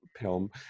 film